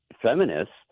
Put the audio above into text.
feminists